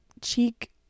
cheek